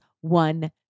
one